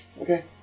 Okay